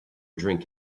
drink